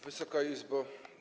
Wysoka Izbo!